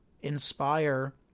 inspire